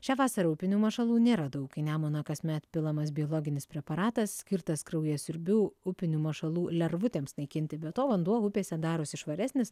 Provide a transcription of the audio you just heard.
šią vasarą upinių mašalų nėra daug į nemuną kasmet pilamas biloginis preparatas skirtas kraujasiurbių upinių mašalų lervutėms naikinti be to vanduo upėse darosi švaresnis